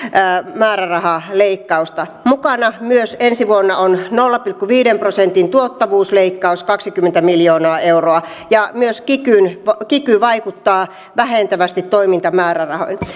määrärahaleikkausta mukana myös ensi vuonna on nolla pilkku viiden prosentin tuottavuusleikkaus kaksikymmentä miljoonaa euroa ja myös kiky vaikuttaa vähentävästi toimintamäärärahoihin